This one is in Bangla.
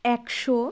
একশো